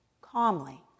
calmly